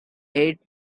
eight